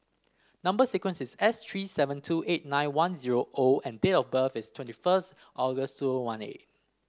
number sequence is S three seven two eight nine one zero O and date of birth is twenty first August two one eight